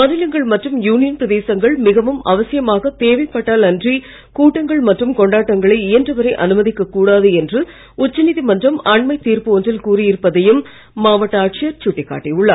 மாநிலங்கள் மற்றும் யூனியன் பிரசேதங்கள் மிகவும் அவசியமாக தேவைப்பட்டால் அன்றி கூட்டங்கள் மற்றும் கொண்டாட்டங்களை இயன்ற வரை அனுமதிக் கூடாது என்று உச்சநீதி மன்றம் அண்மை தீர்ப்பு ஒன்றில் கூறி இருப்பதையும் மாவட்ட ஆட்சியர் சுட்டிக் காட்டியுள்ளார்